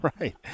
right